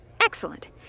Excellent